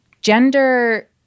gender